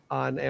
on